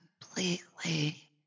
Completely